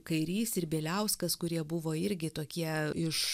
kairys ir bieliauskas kurie buvo irgi tokie iš